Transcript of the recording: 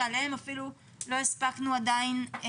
שעליהם אפילו לא הספקנו לדבר.